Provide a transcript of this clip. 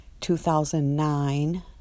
2009